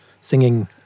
singing